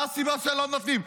מה הסיבה שלא נותנים?